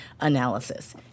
analysis